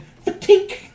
fatigue